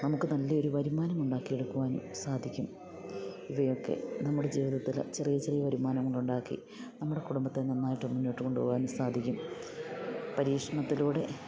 നമുക്ക് നല്ല ഒരു വരുമാനം ഉണ്ടാക്കി എടുക്കുവാനും സാധിക്കും ഇവയൊക്കെ നമ്മുടെ ജീവിതത്തില് ചെറിയ ചെറിയ വരുമാനങ്ങളുണ്ടാക്കി നമ്മുടെ കുടുംബത്തെ നന്നായിട്ട് മുന്നോട്ട് കൊണ്ട് പോകാനും സാധിക്കും പരീക്ഷണത്തിലൂടെ